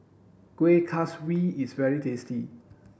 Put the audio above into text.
Kueh Kaswi is very tasty